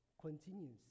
continues